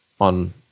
on